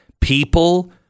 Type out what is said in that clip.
people